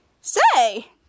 Say